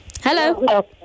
Hello